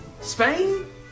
Spain